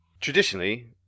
Traditionally